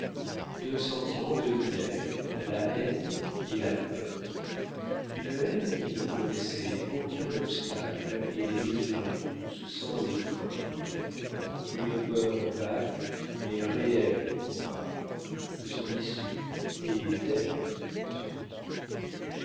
deux sentiments me dominèrent la haine et la peur une haine qui ne connaissait aucun obstacle et les mesurait tous sans les craindre une peur vague mais réelle du combat de son issue et d'elle surtout